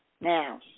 Now